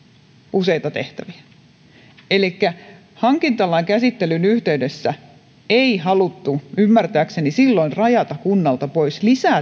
useita tehtäviä elikkä hankintalain käsittelyn yhteydessä ei haluttu ymmärtääkseni silloin rajata kunnalta pois lisää